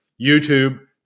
YouTube